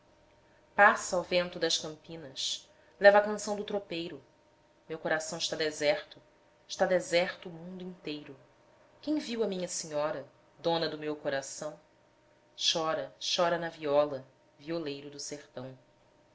passa ó vento das campinas leva a canção do tropeiro meu coração stá deserto stá deserto o mundo inteiro quem viu a minha senhora dona do meu coração chora chora na viola violeiro do sertão